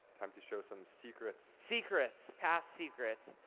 time to show some secrets. secrets. past secrets.